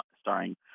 starring